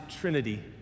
trinity